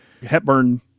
hepburn